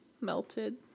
melted